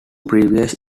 previous